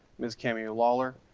ms. cameo lawlor,